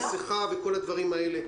הקשר השוטף בין המחנכים לבין התלמידים ימשיך